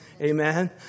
Amen